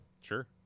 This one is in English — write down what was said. Sure